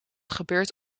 gebeurd